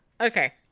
Okay